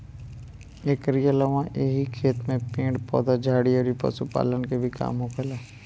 एकरी अलावा एही खेत में पेड़ पौधा, झाड़ी अउरी पशुपालन के भी काम होखेला